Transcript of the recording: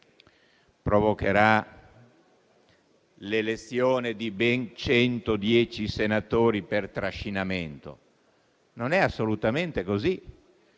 provocherà l'elezione di ben 110 senatori per trascinamento. Non è assolutamente così